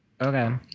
Okay